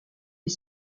est